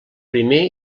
primer